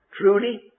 Truly